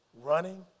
Running